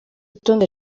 rutonde